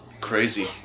crazy